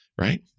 right